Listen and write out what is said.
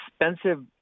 expensive